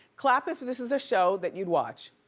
clap if this is a show that you'd watch.